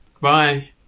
bye